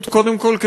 קודם כול,